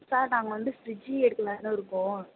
sir நாங்கள் வந்து ஃப்ரிட்ஜி எடுக்கலாம்னு இருக்கோம்